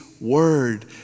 word